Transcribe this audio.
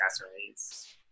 accessories